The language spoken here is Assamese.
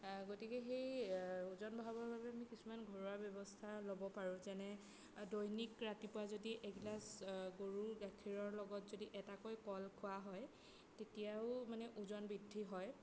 গতিকে সেই ওজন বঢ়াবৰ বাবে আমি কিছুমান ঘৰুৱা ব্যৱস্থা ল'ব পাৰোঁ যেনে দৈনিক ৰাতিপুৱা যদি এগিলাচ গৰুৰ গাখীৰৰ লগত যদি এটাকৈ কল খোৱা হয় তেতিয়াও মানে ওজন বৃদ্ধি হয়